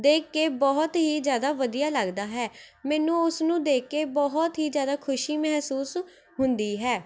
ਦੇਖ ਕੇ ਬਹੁਤ ਹੀ ਜ਼ਿਆਦਾ ਵਧੀਆ ਲੱਗਦਾ ਹੈ ਮੈਨੂੰ ਉਸ ਨੂੰ ਦੇਖ ਕੇ ਬਹੁਤ ਹੀ ਜ਼ਿਆਦਾ ਖੁਸ਼ੀ ਮਹਿਸੂਸ ਹੁੰਦੀ ਹੈ